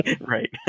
right